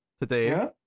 today